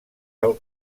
del